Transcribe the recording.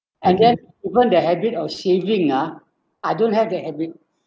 and then even the habit of saving ah I don't have that habit